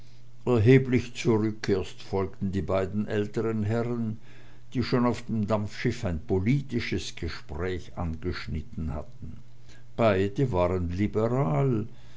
erheblich zurück erst folgten die beiden älteren herren die schon auf dem dampfschiff ein politisches gespräch angeschnitten hatten beide waren liberal